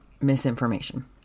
misinformation